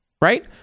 Right